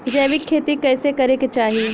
जैविक खेती कइसे करे के चाही?